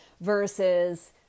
versus